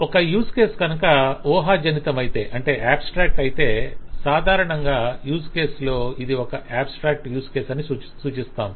ఒక use case కనుక వూహాజనితమైతే అయితే సాధారణంగా యూజ్ కేస్ లో ఇది ఒక అబ్స్ట్రాక్ట్ యూజ్ కేస్ అని సూచిస్తాము